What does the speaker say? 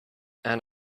and